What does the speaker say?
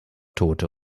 tote